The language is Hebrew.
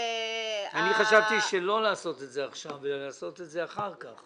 אני חשבתי שלא לעשות את זה עכשיו אלא לעשות את זה אחר כך.